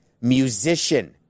musician